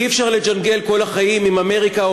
אי-אפשר לג'נגל כל החיים עם אמריקה,